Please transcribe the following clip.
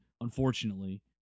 Unfortunately